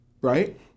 Right